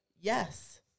Yes